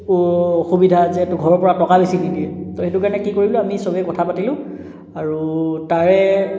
অসুবিধা যিহেতু ঘৰৰ পৰা টকা বেছি নিদিয়ে তো সেইটো কাৰণে আমি কি কৰিলোঁ সবে কথা পাতিলোঁ আৰু তাৰে